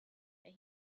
that